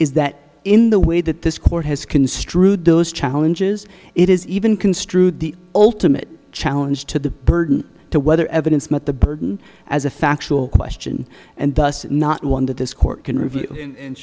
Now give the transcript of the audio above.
is that in the way that this court has construed those challenges it is even construed the ultimate challenge to the burden to whether evidence met the burden as a factual question and thus not one that this court can review